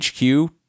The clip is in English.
HQ